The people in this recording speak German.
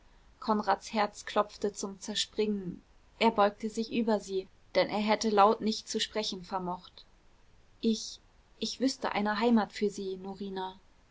konrads herz klopfte zum zerspringen er beugte sich über sie denn er hätte laut nicht zu sprechen vermocht ich ich wüßte eine heimat für sie norina